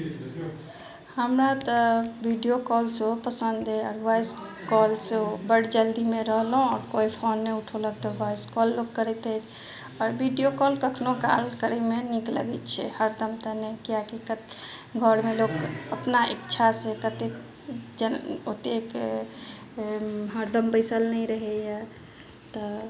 हमरा तऽ video call सेहो पसन्द छि आओर वॉइस कॉल सेहो बड जल्दीमे रहलहुॅं आओर कोइ फोन नहि उठेलक तऽ वॉइस कॉल लोक करैत अछि आओर वीडियो कॉल कखनो काल करैमे नीक लगै छै हरदम तऽ नहि किएकि घरमे लोक अपना इच्छा से कतेक ओतेक हरदम बैसल नइ रहैय तऽ